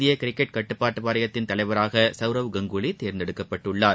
இந்திய கிரிக்கெட் கட்டுப்பாட்டு வாரியத்தின் தலைவராக சவுரவ் கங்குலி தேர்ந்தெடுக்கப்பட்டுள்ளார்